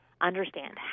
understand